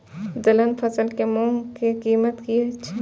दलहन फसल के मूँग के कीमत की हय?